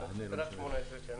רק 18 שנים,